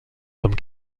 comme